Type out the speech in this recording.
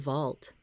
Vault